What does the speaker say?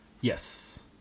Yes